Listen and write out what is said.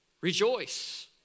Rejoice